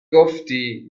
گفتی